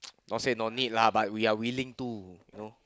not say don't need lah but we are willing too you know